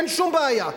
אין שום בעיה.